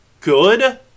good